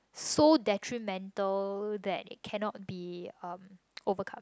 so detrimental that it cannot be um overcome